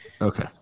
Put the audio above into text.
Okay